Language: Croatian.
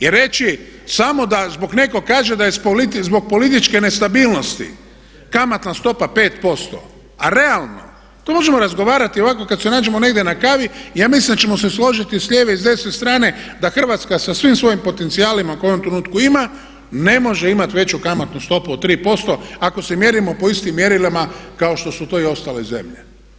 Jer reći samo da zbog netko kaže da je zbog političke nestabilnosti kamatna stopa 5% a realno to možemo razgovarati ovako kad se nađemo negdje na kavi ja mislim da ćemo se složiti s lijeve i s desne strane da Hrvatska sa svim svojim potencijalima koje u ovom trenutku ima ne može imati veću kamatnu stopu od 3% ako se mjerimo po istim mjerilima kao što su to i ostale zemlje.